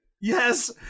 Yes